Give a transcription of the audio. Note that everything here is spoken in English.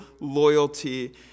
loyalty